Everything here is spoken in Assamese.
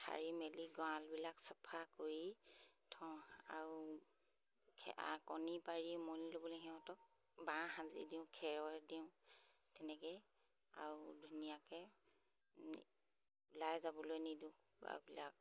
সাৰি মেলি গঁৰালবিলাক চাফা কৰি থওঁ আৰু কণী পাৰি উমনি ল'বলৈ সিহঁতক বাঁহ সাজি দিওঁ খেৰৰ দিওঁ তেনেকেই আৰু ধুনীয়াকৈ ওলাই যাবলৈ নিদিওঁ কুকুৰাবিলাক